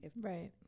Right